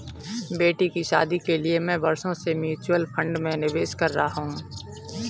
बेटी की शादी के लिए मैं बरसों से म्यूचुअल फंड में निवेश कर रहा हूं